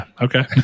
Okay